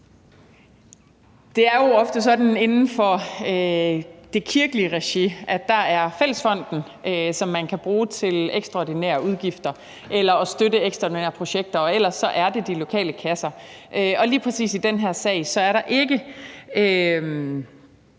Det er jo ofte sådan inden for det kirkelige regi, at det er fællesfonden, som man kan bruge til ekstraordinære udgifter eller til at støtte ekstraordinære projekter, og ellers er det de lokale kasser. Lige præcis i den her sag er der ikke